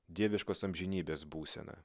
dieviškos amžinybės būseną